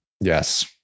Yes